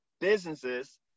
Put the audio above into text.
businesses